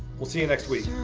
we'll see you next week!